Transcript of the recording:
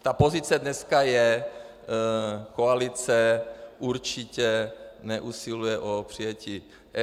Ta pozice dneska je, koalice určitě neusiluje o přijetí eura.